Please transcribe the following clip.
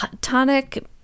tonic